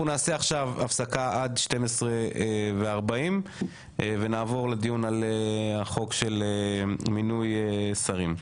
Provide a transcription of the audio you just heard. אנחנו נעשה עכשיו הפסקה עד 12:40 ונעבור לדיון על החוק של מינוי שרים.